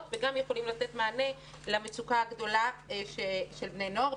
וגם יכולים לתת מענה למצוקה הגדולה של בני הנוער.